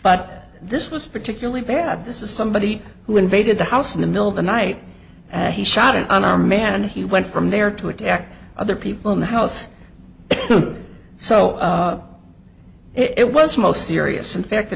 but this was particularly bad this was somebody who invaded the house in the middle of the night and he shot an unarmed man and he went from there to attack other people in the house so it was most serious in fact the